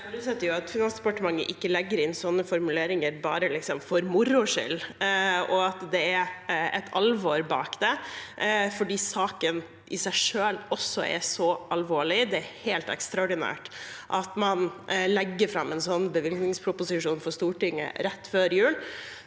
Jeg forutsetter at Finansdepartementet ikke legger inn sånne formuleringer bare for moro skyld, og at det er et alvor bak det, fordi saken i seg selv også er så alvorlig. Det er helt ekstraordinært at man legger fram en sånn bevilgningsproposisjon for Stortinget rett før jul,